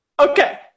okay